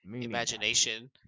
imagination